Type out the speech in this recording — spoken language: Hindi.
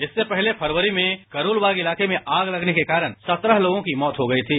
इससे पहले फरवरी में करोलबाग इलाके में आग लगने के कारण सत्रह लोगों की मौत हो गई थी